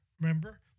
Remember